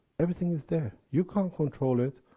everything is there. you can't control it.